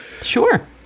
Sure